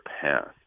path